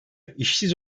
işsiz